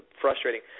frustrating